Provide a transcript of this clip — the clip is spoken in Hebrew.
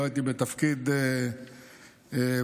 לא הייתי בתפקיד פעיל.